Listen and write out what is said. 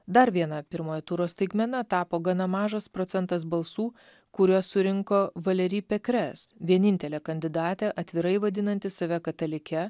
dar viena pirmojo turo staigmena tapo gana mažas procentas balsų kuriuos surinko valery pekrės vienintelė kandidatė atvirai vadinanti save katalike